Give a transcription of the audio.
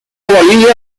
bolivia